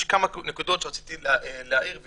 יש כמה נקודות שרציתי להעיר עליהן,